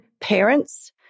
parents